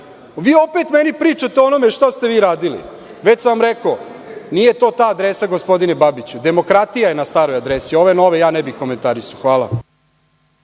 vi opet meni pričate o onome šta ste vi radili. Već sam vam rekao, nije to ta adresa, gospodine Babiću. Demokratija je na staroj adresi, a ove nove ja ne bih komentarisao. Hvala.